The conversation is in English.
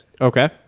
Okay